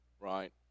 Right